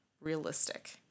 realistic